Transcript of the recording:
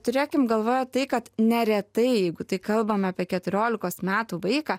turėkim galvoje tai kad neretai jeigu tai kalbame apie keturiolikos metų vaiką